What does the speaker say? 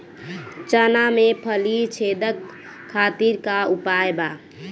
चना में फली छेदक खातिर का उपाय बा?